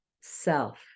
self